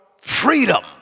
freedom